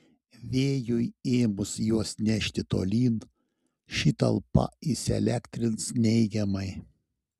vėjui ėmus juos nešti tolyn ši talpa įsielektrins neigiamai